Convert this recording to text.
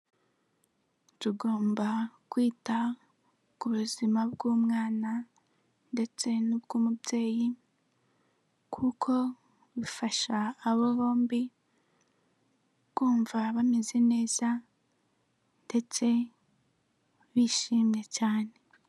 Tugomba kwita ku buzima bw'umwana ndetse n'ubw'umubyeyi kuko bifasha aba bombi kumva bameze neza ndetse bishimye cyane.